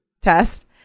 test